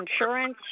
insurance